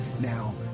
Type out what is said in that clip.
Now